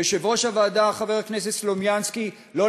כשיושב-ראש הוועדה חבר הכנסת סלומינסקי לא